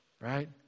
Right